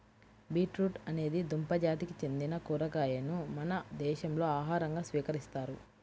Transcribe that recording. beetroot అనేది దుంప జాతికి చెందిన కూరగాయను మన దేశంలో ఆహారంగా స్వీకరిస్తారు